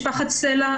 משפחת סלע,